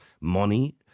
money